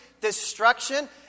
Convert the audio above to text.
destruction